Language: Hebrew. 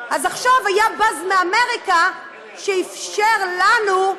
אז עכשיו היה באזז מאמריקה שאפשר לנו,